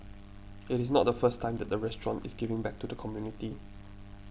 it is not the first time that the restaurant is giving back to the community